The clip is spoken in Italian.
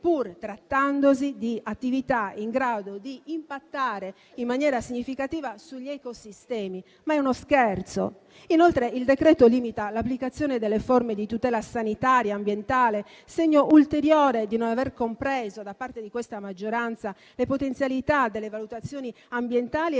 pur trattandosi di attività in grado di impattare in maniera significativa sugli ecosistemi. Ma è uno scherzo? Inoltre, il decreto-legge limita l'applicazione delle forme di tutela sanitaria e ambientale, segno ulteriore di non aver compreso da parte di questa maggioranza le potenzialità delle valutazioni ambientali e le